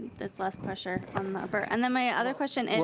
there's less pressure on the upper, and then my other question is.